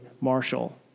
Marshall